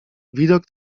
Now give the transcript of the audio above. widok